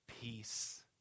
peace